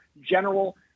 general